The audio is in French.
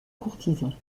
courtisans